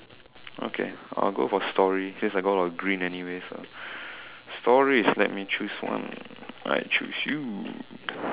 okay I will go for story since I got a lot of green anyways ah stories let me choose one I choose you